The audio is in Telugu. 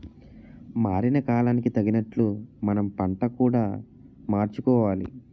మారిన కాలానికి తగినట్లు మనం పంట కూడా మార్చుకోవాలి